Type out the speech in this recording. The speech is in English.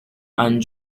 and